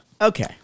Okay